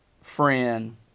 friend